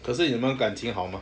可是你们感情好吗